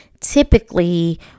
typically